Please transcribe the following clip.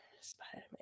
Spider-Man